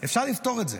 אפשר לפתור את זה.